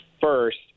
first